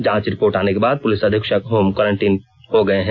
जांच रिपोर्ट आने के बाद पुलिस अधीक्षक होम क्वारंटीन हो गये हैं